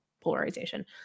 polarization